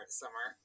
summer